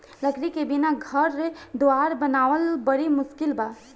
लकड़ी के बिना घर दुवार बनावल बड़ी मुस्किल बा